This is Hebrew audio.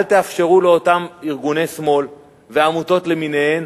אל תאפשרו לאותם ארגוני שמאל ועמותות למיניהן